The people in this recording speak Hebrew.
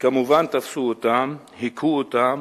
כמובן תפסו אותם, הכו אותם.